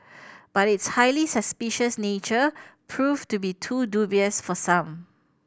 but its highly suspicious nature proved to be too dubious for some